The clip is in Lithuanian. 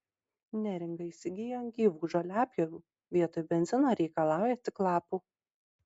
neringa įsigijo gyvų žoliapjovių vietoj benzino reikalauja tik lapų